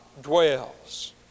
dwells